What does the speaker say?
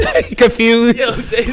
confused